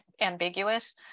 ambiguous